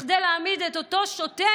כדי להעמיד לדין את אותו שוטר,